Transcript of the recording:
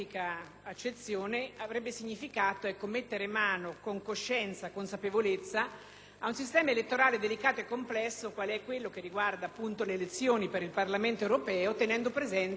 ad un sistema elettorale delicato e complesso, qual è quello che riguarda appunto le elezioni per il Parlamento europeo, tenendo presenti alcune delle questioni che da tempo non sono state risolte dai nostri legislatori nazionali.